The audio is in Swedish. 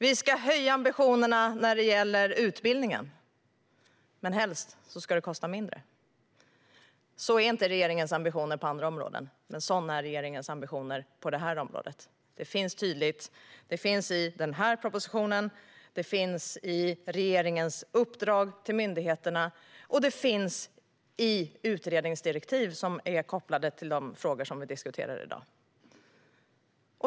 Vi ska höja ambitionerna när det gäller utbildning, men helst ska det kosta mindre. Sådana är inte regeringens ambitioner på andra områden, men sådana är regeringens ambitioner på det här området. De finns i den här propositionen, i regeringens uppdrag till myndigheterna och i utredningsdirektiv som är kopplade till de frågor som vi diskuterar i dag.